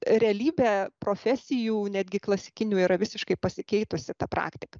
realybė profesijų netgi klasikinių yra visiškai pasikeitusi ta praktika